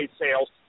sales